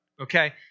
Okay